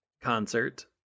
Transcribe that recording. concert